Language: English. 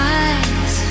eyes